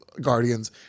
Guardians